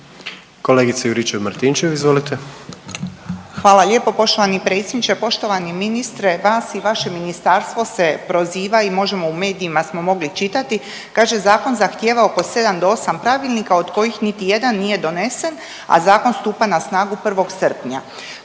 **Juričev-Martinčev, Branka (HDZ)** Hvala lijepo poštovani predsjedniče. Poštovani ministre, vas i vaše ministarstvo se proziva i možemo, u medijima smo mogli čitati, kaže zakon zahtjeva oko 7 do 8 pravilnika od kojih niti jedan nije donesen, a zakon stupa na snagu 1. srpnja.